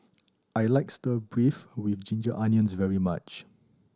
I like stir beef with ginger onions very much